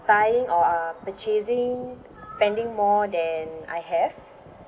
buying or uh purchasing spending more than I have